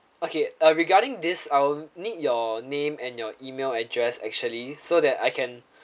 okay uh regarding this I'll need your name and your email address actually so that I can